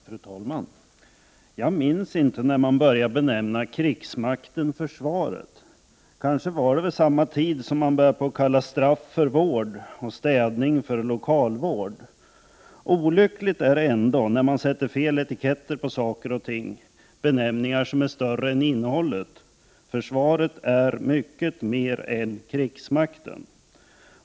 Fru talman! Jag minns inte när man började benämna krigsmakten försvaret — kanske var det vid samma tid som man började kalla straff för vård och städning för lokalvård. Olyckligt är det ändå när man sätter fel etiketter på saker och ting, benämningar som är större än innehållet. Försvaret är mycket mer än krigsmakten.